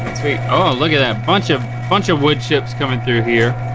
oh look at that, bunch of bunch of wood chips coming through here.